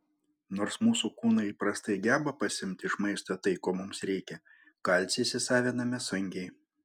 nors mūsų kūnai įprastai geba pasiimti iš maisto tai ko mums reikia kalcį įsisaviname sunkiai